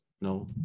No